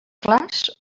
clars